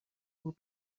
will